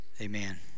Amen